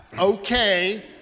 Okay